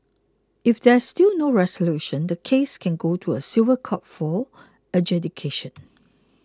if there is still no resolution the case can go to a civil court for adjudication